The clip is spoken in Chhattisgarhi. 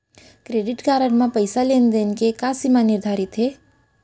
क्रेडिट कारड म पइसा लेन देन के का सीमा निर्धारित हे?